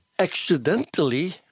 accidentally